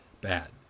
bad